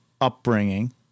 upbringing